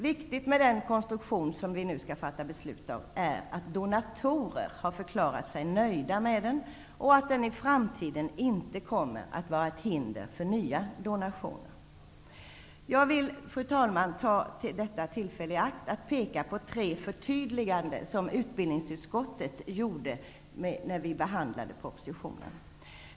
Viktigt med den konstruktion som vi nu skall fatta beslut om är att donatorer har förklarat sig nöjda med den och att den i framtiden inte kommer att vara ett hinder för nya donationer. Jag till, fru talman, ta detta tillfälle i akt att peka på tre förtydliganden som utbildningsutskottet gjorde när vi behandlade propositionen.